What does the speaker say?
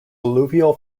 alluvial